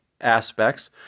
aspects